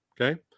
Okay